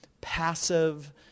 passive